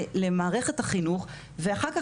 למערכת החינוך ואחר כך,